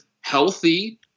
healthy